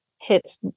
hits